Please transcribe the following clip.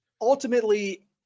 Ultimately